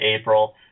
april